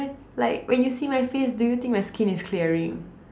ya like when you see my face do you think my skin is clearing